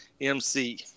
MC